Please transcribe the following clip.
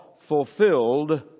fulfilled